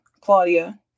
Claudia